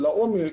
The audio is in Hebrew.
לעומק,